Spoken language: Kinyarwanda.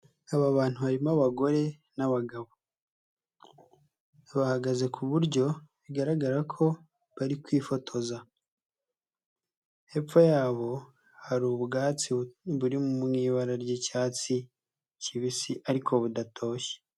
Aba bantu barimo abagore n'abagabo. Bahagaze ku buryo bigaragara ko bari kwifotoza. Hepfo yabo hari ubwatsi buri mu ibara ry'icyatsi kibisi ariko budatoshye.